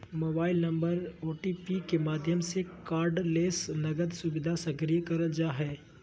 mobile number OTP के माध्यम से कार्डलेस नकद सुविधा सक्रिय करल जा हय